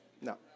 no